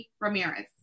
Ramirez